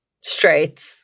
Straight